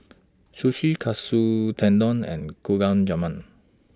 Sushi Katsu Tendon and Gulab Jamun